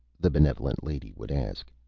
the benevolent lady would ask.